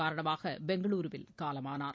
காரணமாகபெங்களுருவில் காலமானார்